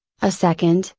a second,